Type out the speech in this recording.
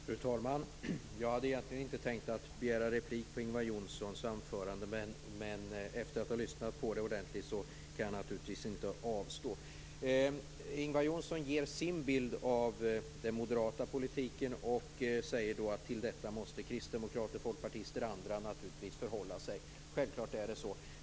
Fru talman! Jag hade egentligen inte tänkt begära replik på Ingvar Johnssons anförande, men efter att ha lyssnat ordentligt på det kan jag inte avstå från att göra det. Ingvar Johnsson ger sin bild av den moderata politiken och säger att kristdemokrater, folkpartister och andra måste förhålla sig till den.